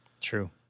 True